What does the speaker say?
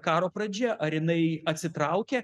karo pradžia ar jinai atsitraukia